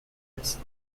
است